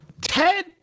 Ted